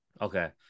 Okay